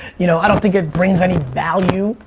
you know, i don't think it brings any value,